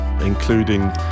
including